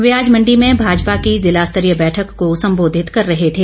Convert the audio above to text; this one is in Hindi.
वे आज मंडी में भाजपा की ज़िला स्तरीय बैठक को संबोधित कर रहे थे